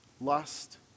lust